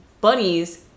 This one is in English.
bunnies